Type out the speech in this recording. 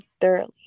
thoroughly